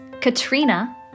Katrina